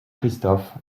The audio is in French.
christophe